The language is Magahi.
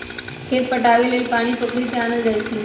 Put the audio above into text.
खेत पटाबे लेल पानी पोखरि से आनल जाई छै